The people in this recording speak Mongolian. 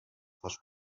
хол